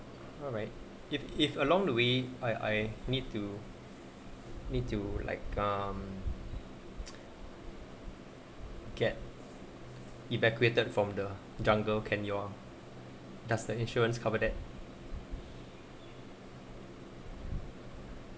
alright if if along the way I i need to need to like um get evacuated from the jungle can your does the insurance cover that